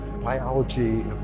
biology